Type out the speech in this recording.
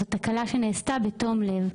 זאת תקלה שנעשתה בתום לב.